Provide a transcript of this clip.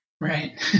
Right